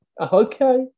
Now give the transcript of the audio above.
Okay